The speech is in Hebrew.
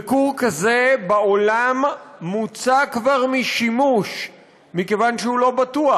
וכור כזה בעולם מוצא כבר משימוש מכיוון שהוא לא בטוח,